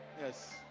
Yes